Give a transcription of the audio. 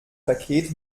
paket